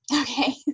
Okay